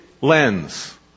lens